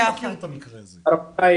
אני